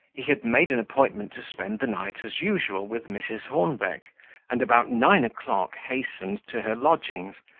he had made an appointment to spend the night, as usual, with mrs. hornbeck and about nine o'clock hastened to her lodgings,